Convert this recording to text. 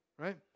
right